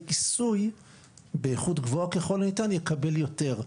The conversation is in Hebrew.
כיסוי באיכות גבוהה ככל הניתן יקבל יותר.